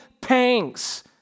pangs